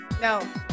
No